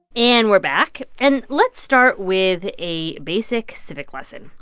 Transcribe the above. and we're back. and let's start with a basic civic lesson.